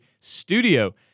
studio